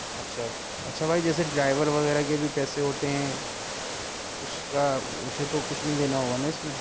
اچھا اچھا بھائی جیسے ڈرائیور وغیرہ کے بھی پیسے ہوتے ہیں اس کا اسے تو کچھ نہیں دینا ہوگا نا اس میں